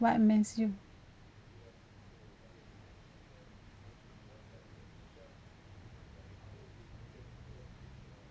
what makes you